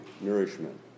nourishment